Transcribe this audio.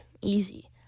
easy